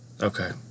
Okay